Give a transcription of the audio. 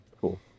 Cool